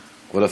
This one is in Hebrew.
אבל,